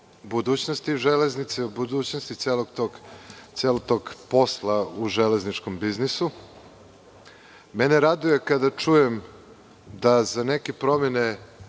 budućnosti železnice, o budućnosti celog tog posla u železničkom biznisu. Mene raduje kada čujem kada za neke promene